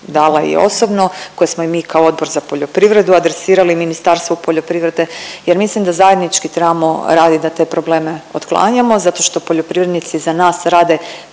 dala i osobno, koje smo i mi kao Odbor za poljoprivredu adresirali Ministarstvu poljoprivrede jer mislim da zajednički trebamo radit da te probleme otklanjamo zato što poljoprivrednici za nas rade